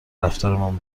رفتارمان